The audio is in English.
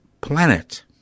planet